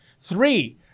Three